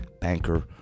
Banker